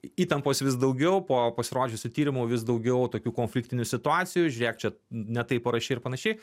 įtampos vis daugiau po pasirodžiusių tyrimų vis daugiau tokių konfliktinių situacijų žiūrėk čia ne taip parašei ir panašiai